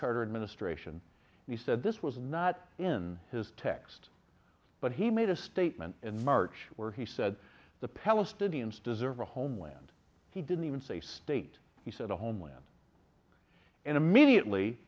carter administration and he said this was not in his text but he made a statement in march where he said the palestinians deserve a homeland he didn't even say state he said a homeland and immediately